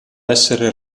essere